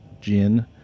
gin